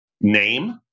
name